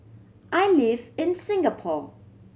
I live in Singapore